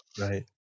Right